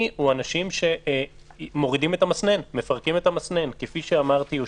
יש אנשים שהרכבים שלהם לקראת סוף חייו,